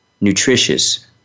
nutritious